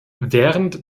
während